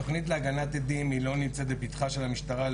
התוכנית של הגנת עדים לא נמצאת בפתחה של המשטרה,